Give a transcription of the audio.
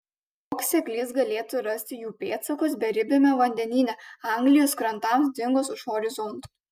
koks seklys galėtų rasti jų pėdsakus beribiame vandenyne anglijos krantams dingus už horizonto